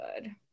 good